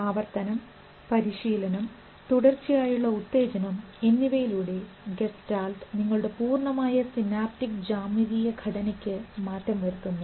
ആവർത്തനം പരിശീലനം തുടർച്ചയായുള്ള ഉത്തേജനം എന്നിവയിലൂടെ ഗസ്റ്റാൾട്ട് നിങ്ങളുടെ പൂർണ്ണമായ സിനാപ്റ്റിക് ജാമിതീയ ഘടനയ്ക്ക് മാറ്റം വരുത്തുന്നു